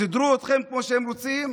סידרו אתכם כמו שהם רוצים?